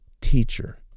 Teacher